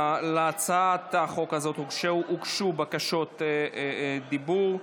להצעת החוק הזאת הוגשו בקשות דיבור.